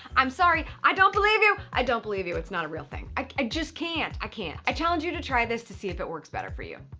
i'm sorry, i don't believe you! i don't believe you, it's not a real thing. i just can't, i can't. i challenge you to try this to see if it works better for you.